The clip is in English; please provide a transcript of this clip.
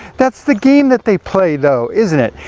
that's the game that they play though isn't it?